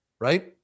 right